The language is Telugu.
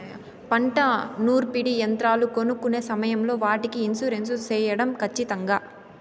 పంట నూర్పిడి యంత్రాలు కొనుక్కొనే సమయం లో వాటికి ఇన్సూరెన్సు సేయడం ఖచ్చితంగా?